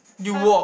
cause